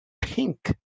pink